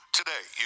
today